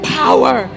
power